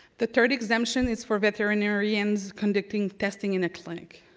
the third exemption is for veterinarians conducting testing in a clinic.